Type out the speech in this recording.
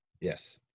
Yes